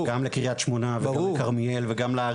גם לקריית שמונה, וגם לכרמיאל וגם לערים.